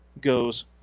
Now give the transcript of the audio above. goes